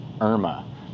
Irma